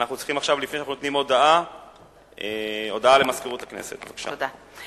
הודעה למזכירות הכנסת, בבקשה.